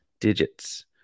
digits